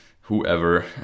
Whoever